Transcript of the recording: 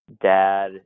dad